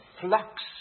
flux